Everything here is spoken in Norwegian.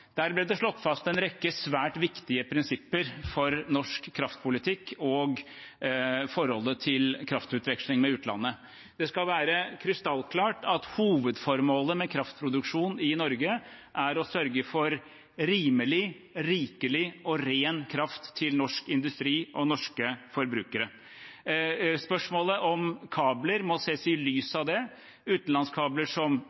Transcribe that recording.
Der ble det slått fast en rekke svært viktige prinsipper for norsk kraftpolitikk og forholdet til kraftutveksling med utlandet. Det skal være krystallklart at hovedformålet med kraftproduksjonen i Norge er å sørge for rimelig, rikelig og ren kraft til norsk industri og norske forbrukere. Spørsmålet om kabler må ses i lys av det. Utenlandskabler som